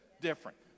different